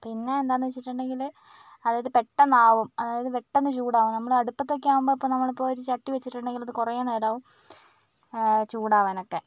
പിന്നെ എന്താണെന്ന് വച്ചിട്ടുണ്ടെങ്കിൽ അതായത് പെട്ടെന്നാവും അതായത് പെട്ടെന്ന് ചൂടാവും നമ്മൾ അടുപ്പത്തൊക്കെയാവുമ്പോൾ നമ്മളിപ്പോൾ ഒരു ചട്ടി വച്ചിട്ടുണ്ടെങ്കിലത് കുറെ നേരാവും ചൂടാവാനൊക്കെ